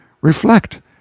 reflect